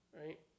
right